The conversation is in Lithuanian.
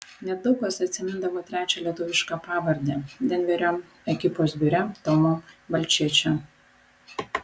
nedaug kas atsimindavo trečią lietuvišką pavardę denverio ekipos biure tomo balčėčio